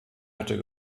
hatte